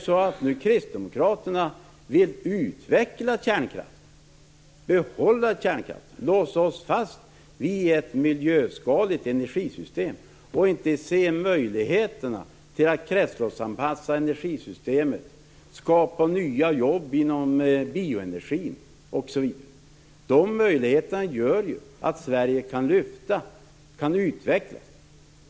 Vill Kristdemokraterna nu behålla och utveckla kärnkraften och låsa fast oss i ett miljöskadligt energisystem och inte se möjligheterna att kretsloppsanpassa energisystemet, skapa nya jobb inom bioenergin, osv? De möjligheterna gör ju att Sverige kan utvecklas.